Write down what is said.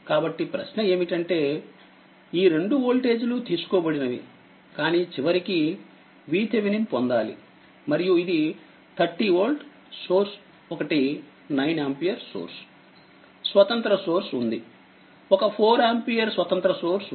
కాబట్టిప్రశ్న ఏమిటంటే ఈరెండు వోల్టేజ్ లు తీసుకోబడినవి కానిచివరికిVThevenin పొందాలిమరియు ఇది30వోల్ట్ సోర్స్ ఒకటి9ఆంపియర్ సోర్స్ స్వతంత్ర సోర్స్ ఉందిఒక4ఆంపియర్ స్వతంత్ర సోర్స్ ఉంది